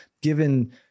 given